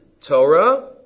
Torah